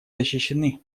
защищены